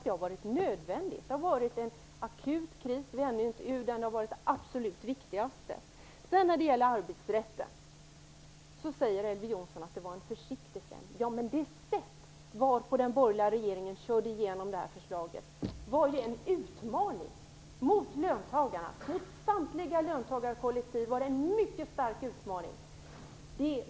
Det har varit nödvändigt. Det har varit en akut kris, som vi ännu inte har kommit ur. Det har varit det absolut viktigaste. När det gäller arbetsrätten sade Elver Jonsson att det var en försiktig förändring. Det sätt varpå den borgerliga regeringen körde igenom det här förslaget var en utmaning mot löntagarna. Det var en mycket stark utmaning mot samtliga löntagarkollektiv.